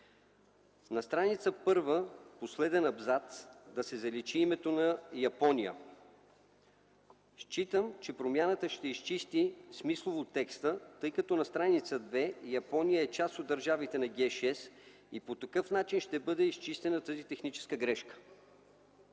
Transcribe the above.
На страница 1, последен абзац: да се заличи името на Япония. Считам, че промяната ще изчисти смислово текста, тъй като на страница втора Япония е част от държавите на Г-6 и по такъв начин, ще бъде изчистена тази техническа грешка.